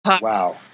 Wow